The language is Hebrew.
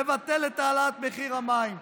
לבטל את העלאת מחיר המים,